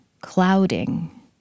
clouding